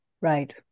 right